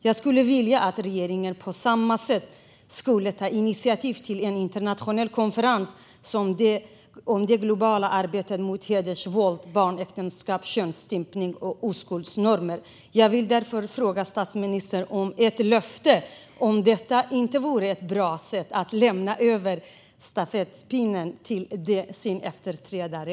Jag skulle vilja att regeringen på samma sätt tar initiativ till en internationell konferens om det globala arbetet mot hedersvåld, barnäktenskap, könsstympning och oskuldsnormer. Jag vill därför fråga statsministern: Vore inte ett löfte om detta ett bra sätt att lämna över stafettpinnen till din efterträdare?